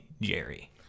Jerry